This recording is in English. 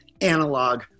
analog